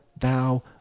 thou